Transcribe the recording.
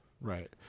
right